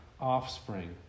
offspring